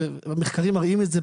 מחקרים מראים את זה.